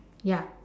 ya